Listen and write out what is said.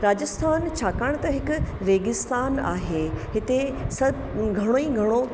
राजस्थान छाकणि त हिकु रेगिस्तान आहे हिते स घणो ई घणो